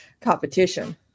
competition